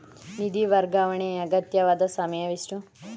ನಿಧಿ ವರ್ಗಾವಣೆಗೆ ಅಗತ್ಯವಾದ ಸಮಯವೆಷ್ಟು?